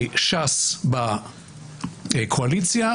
ש"ס בקואליציה,